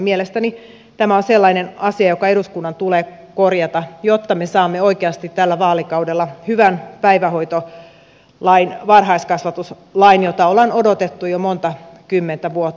mielestäni tämä on sellainen asia joka eduskunnan tulee korjata jotta me saamme oikeasti tällä vaalikaudella hyvän päivähoitolain varhaiskasvatuslain jota on odotettu jo monta kymmentä vuotta